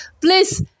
please